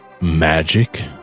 Magic